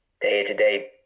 day-to-day